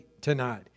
tonight